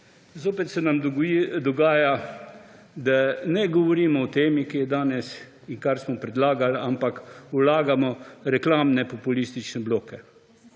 zopet se nam dogaja, da ne govorimo o temi, ki je danes in kar smo predlagali, ampak vlagamo reklamne populistične bloke.